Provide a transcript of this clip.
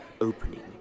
opening